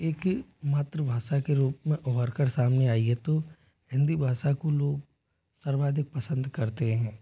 एक ही मातृभाषा के रूप में उभर कर सामने आई है तो हिंदी भाषा को लोग सर्वाधिक पसंद करते हैं